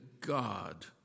God